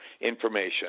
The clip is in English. information